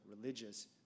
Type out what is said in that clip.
religious